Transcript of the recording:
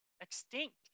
extinct